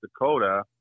Dakota